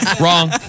wrong